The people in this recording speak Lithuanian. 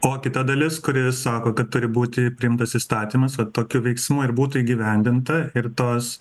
o kita dalis kuri sako kad turi būti priimtas įstatymas vat tokiu veiksmu ir būtų įgyvendinta ir tos